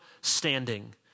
standing